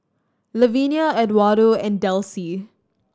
Lavenia Edwardo and Delcie